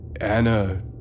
Anna